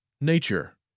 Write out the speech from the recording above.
Nature